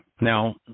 Now